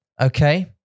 Okay